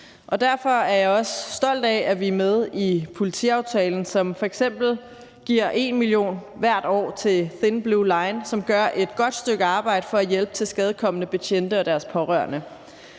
Derfor er jeg også stolt af, at vi er med i politiaftalen, som f.eks. giver 1 mio. kr. hvert år til Thin Blue Line, som gør et godt stykke arbejde for at hjælpe tilskadekomne betjente og deres pårørende.